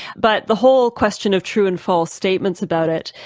but the whole question of true and false statements about it,